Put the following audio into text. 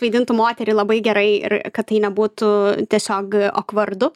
vaidintų moterį labai gerai ir kad tai nebūtų tiesiog okvardu